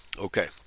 Okay